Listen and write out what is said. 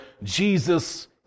Jesus